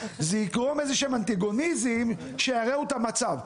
זה יגרום לאיזשהם אנטגוניזם שירעו את המצב.